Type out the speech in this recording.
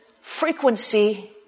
frequency